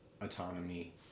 autonomy